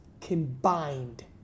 combined